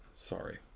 Sorry